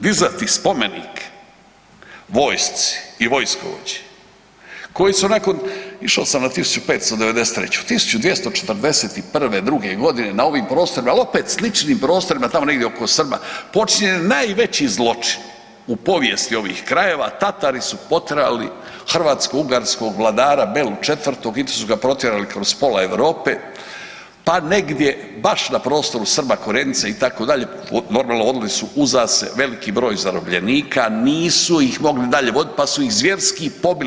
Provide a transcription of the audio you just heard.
Dizati spomenik vojsci i vojskovođi koji su nakon, išao sam na 1593., 1241., '2. godine, na ovim prostorima, opet sličnim prostorima, tamo negdje oko Srba, počinjen najveći zločin u povijesti ovih krajeva, Tatari su poterali hrvatsko-ugarskog vladara Belu IV. i to su ga protjerali kroz pola Europe, pa negdje baš na prostoru Srba, Korenice, itd., normalno, vodili su uza se veliki broj zarobljenika, nisu ih mogli i dalje voditi pa su ih zvjerski pobili.